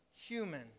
human